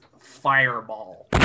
fireball